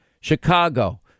Chicago